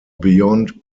beyond